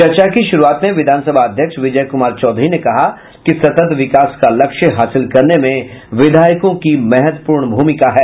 चर्चा की शुरूआत में विधान सभा अध्यक्ष विजय कुमार चौधरी ने कहा कि सतत विकास का लक्ष्य हासिल करने में विधायकों की महत्वपूर्ण भूमिका है